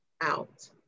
out